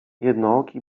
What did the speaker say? jednooki